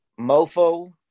Mofo